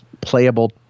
playable